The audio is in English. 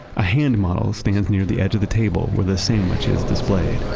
a hand model stands near the edge of the table where the sandwich is displayed